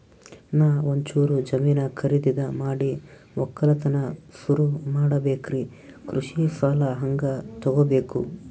ನಾ ಒಂಚೂರು ಜಮೀನ ಖರೀದಿದ ಮಾಡಿ ಒಕ್ಕಲತನ ಸುರು ಮಾಡ ಬೇಕ್ರಿ, ಕೃಷಿ ಸಾಲ ಹಂಗ ತೊಗೊಬೇಕು?